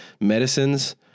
medicines